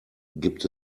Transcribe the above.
gibt